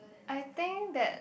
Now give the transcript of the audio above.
I think that